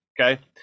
okay